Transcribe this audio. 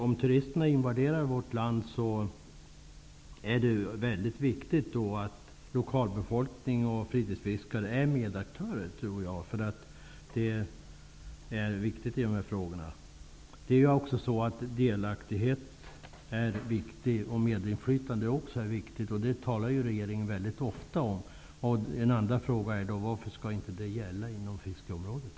Om turisterna invaderar vårt land är det mycket viktigt att lokalbefolkning och fritidsfiskare är medaktörer. Det är viktigt i dessa frågor. Delaktighet och medinflytande är viktigt. Det talar ju regeringen väldigt ofta om. Varför skall det inte gälla inom fiskeområdet?